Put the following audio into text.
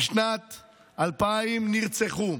משנת 2000 נרצחו